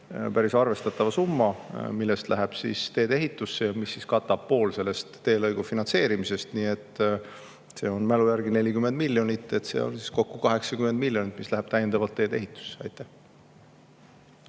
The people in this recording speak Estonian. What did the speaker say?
päris arvestatava summa, mis läheb teedeehitusse ja mis katab poole sellest teelõigu finantseerimisest. See on mälu järgi 40 miljonit, kokku siis 80 miljonit, mis läheb täiendavalt teedeehitusse. Aitäh!